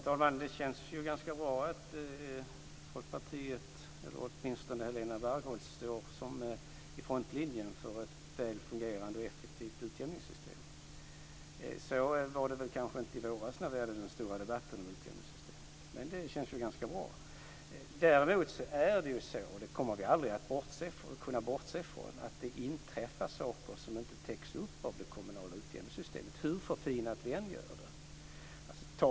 Fru talman! Det känns ju ganska bra att Folkpartiet - eller åtminstone Helena Bargholtz - står i frontlinjen för ett väl fungerande utjämningssystem. Så lät det inte i våras när vi hade den stora debatten om utjämningssystemet. Däremot är det så - och det kommer vi aldrig att kunna bortse ifrån - att det inträffar saker om inte täcks upp av det kommunala utjämningssystemet, hur förfinat vi än gör det.